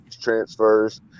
transfers